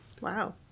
Wow